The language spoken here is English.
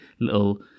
little